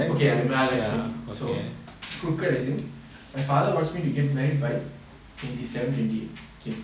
okay I am lah explain to so crooked as in my father wants me to get married by twenty seven twenty eight okay